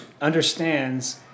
understands